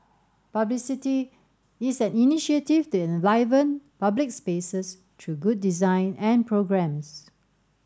publicity is an initiative to enliven public spaces through good design and programmes